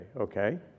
okay